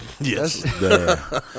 Yes